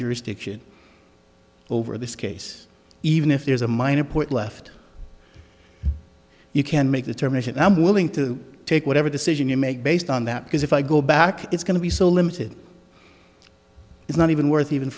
jurisdiction over this case even if there is a minor point left you can make the term nation i'm willing to take whatever decision you make based on that because if i go back it's going to be so limited it's not even worth even